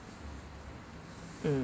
mm